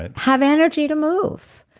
ah have energy to move.